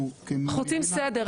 אנחנו רוצים סדר.